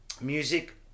Music